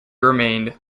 remained